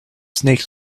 snake